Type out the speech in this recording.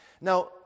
Now